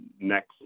next